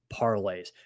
parlays